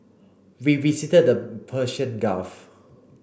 we visited the Persian Gulf